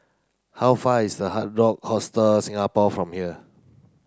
how far away is the Hard Rock Hostel Singapore from here